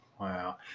Wow